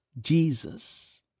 Jesus